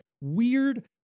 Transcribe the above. weird